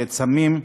נגד סמים,